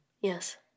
Yes